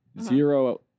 Zero